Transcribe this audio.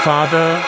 Father